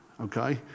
okay